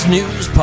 News